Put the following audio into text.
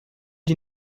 die